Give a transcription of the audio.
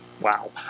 Wow